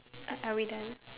are are we done